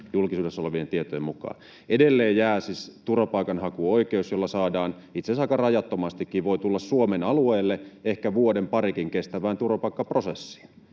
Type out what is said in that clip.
julkisuudessa olevien tietojen mukaan. Edelleen jää siis turvapaikanhakuoikeus, jolla itse asiassa aika rajattomastikin voi tulla Suomen alueelle ehkä vuoden tai parikin kestävään turvapaikkaprosessiin.